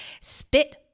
Spit-